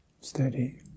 steady